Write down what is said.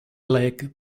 leg